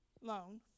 loan